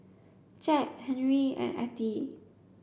Jett Henri and Ettie